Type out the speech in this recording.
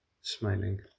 smiling